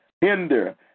hinder